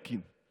אלקין,